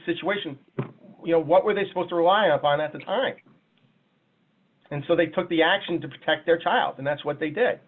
situation what were they supposed to rely upon at the time and so they took the action to protect their child and that's what they did